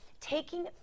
taking